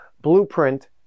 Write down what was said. blueprint